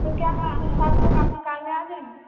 تو کیا ہم سات لوگ آپ کی کار میں آ جائیں گے